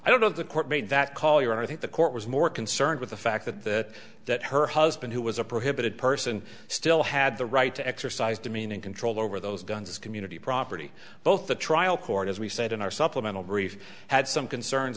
i don't know the court made that call you and i think the court was more concerned with the fact that that that her husband who was a prohibited person still had the right to exercise demeaning control over those guns community property both the trial court as we said in our supplemental brief had some concerns